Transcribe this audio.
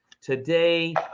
today